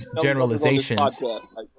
generalizations